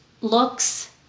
looks